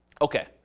okay